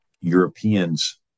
Europeans